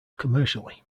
commercially